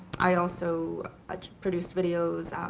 i also ah produced videos.